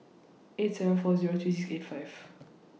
eight seven four Zero three six eight five